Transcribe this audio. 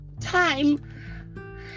time